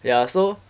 ya so